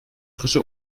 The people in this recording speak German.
frische